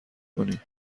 کنی